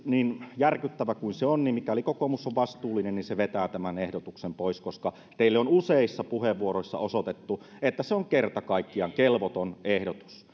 niin järkyttävä kuin tämä kokoomuksen ehdotus on niin mikäli kokoomus on vastuullinen se vetää tämän ehdotuksen pois koska teille on useissa puheenvuoroissa osoitettu että se on kerta kaikkiaan kelvoton ehdotus